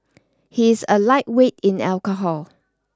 he is a lightweight in alcohol